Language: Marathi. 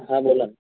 हां बोला